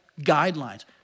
guidelines